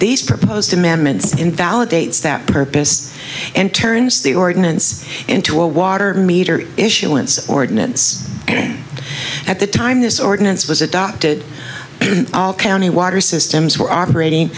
these proposed amendments invalidates that purpose and turns the ordinance into a water meter issuance ordinance at the time this ordinance was adopted all county water systems were operating